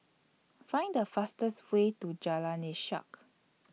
Find The fastest Way to Jalan Ishak